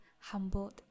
Humbled